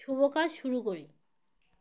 শুভ কাজ শুরু করি